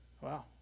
Wow